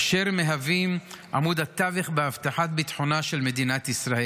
אשר מהווים את עמוד התווך בהבטחת ביטחונה של מדינת ישראל.